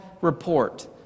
report